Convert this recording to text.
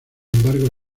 embargo